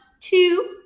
two